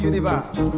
Universe